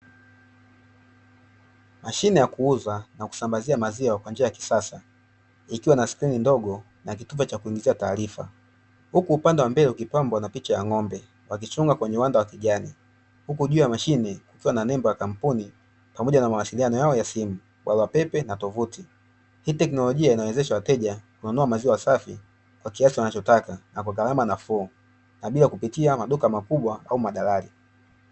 Mashine ya kuuza na kusambaza maziwa kwa njia ya kisasa ikiwa na skrini ndogo na kitufe cha kuingiza taarifa, huku upande wa mbele ukipambwa na picha ya ng’ombe wakichonga kwenye wanda wa kijani huku juu ya mashine ikiwa na nembo ya kampuni pamoja na mawasiliano yao ya simu, barua pepe na tovuti. Hii teknolojia inawezesha wateja kununua maziwa safi kwa kiasi wanachotaka na kwa gharama nafuu na bila kupitia maduka makubwa wala madalali.